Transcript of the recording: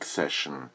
session